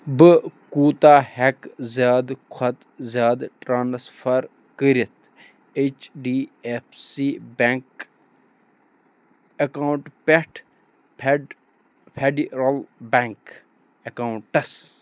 بہٕ کوٗتاہ ہیٚکہٕ زیٛادٕ کھوتہٕ زِیٛادٕ ٹرٛانسفر کٔرِتھ H D F C bank ایٚکاونٛٹہٕ پٮ۪ٹھ فیٚڈِرل بیٚنٛک ایٚکاونٛٹَس